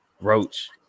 roach